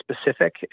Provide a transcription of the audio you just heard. specific